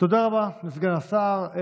תודה רבה לסגן השר.